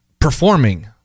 performing